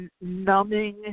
numbing